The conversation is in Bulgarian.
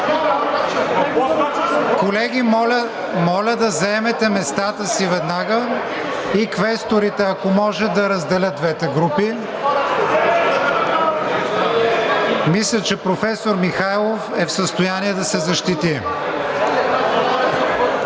Колеги, моля да заемете местата си веднага и квесторите, ако може, да разделят двете групи. (Силен шум и реплики.) Мисля, че професор Михайлов е в състояние да се защити.